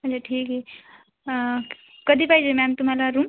म्हणजे ठीक आहे कधी पाहिजे मॅम तुम्हाला रूम